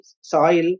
soil